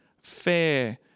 fair